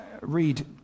Read